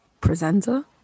presenter